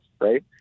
right